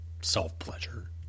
self-pleasure